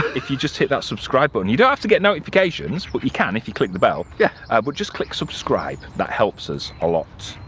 if you just hit that subscribe button, you don't have to get notifications but you can if you click the bell. yeah but just click subscribe, that helps us a lot.